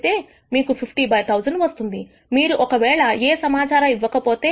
మీకు 50 బై 1000 వస్తుంది మీరు ఒకవేళ ఏ సమాచారము ఇవ్వకపోతే